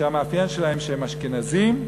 שהמאפיין שלהם שהם אשכנזים,